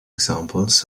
examples